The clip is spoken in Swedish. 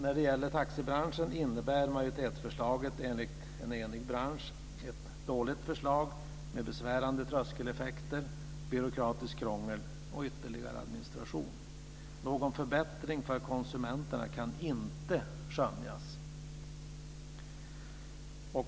När det gäller taxibranschen är majoritetsförslaget enligt en enig bransch ett dåligt förslag med besvärande tröskeleffekter, byråkratiskt krångel och ytterligare administration. Någon förbättring för konsumenterna kan inte skönjas.